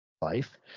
life